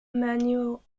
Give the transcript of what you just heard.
manual